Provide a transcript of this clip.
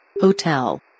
Hotel